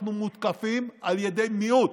אנחנו מותקפים על ידי מיעוט,